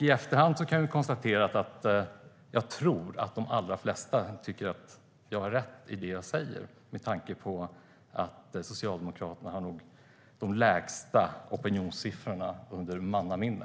I efterhand kan vi konstatera att de allra flesta nog tycker att jag har rätt i det jag säger med tanke på att Socialdemokraterna nu har de lägsta opinionssiffrorna i mannaminne.